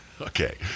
Okay